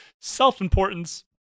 self-importance